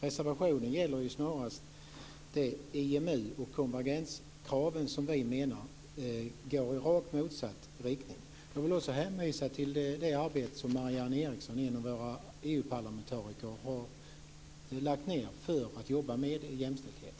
Reservationen gäller snarast EMU och konvergenskraven, som vi menar går i rakt motsatt riktning. Jag vill också hänvisa till det arbete som Marianne Eriksson, en av våra EU-parlamentariker, har lagt ned på att jobba med jämställdhet.